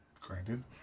Granted